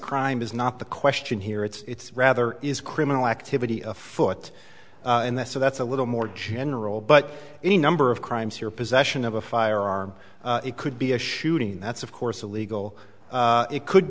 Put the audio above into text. crime is not the question here it's rather is criminal activity afoot and that's a that's a little more general but any number of crimes here possession of a firearm it could be a shooting that's of course illegal it could